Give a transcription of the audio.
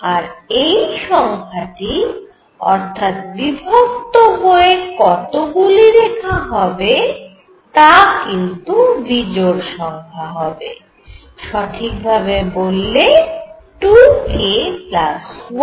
আর এই সংখ্যাটি অর্থাৎ বিভক্ত হয়ে কতগুলি রেখা হবে তা কিন্তু বিজোড় সংখ্যা হবে সঠিকভাবে বললে 2 k 1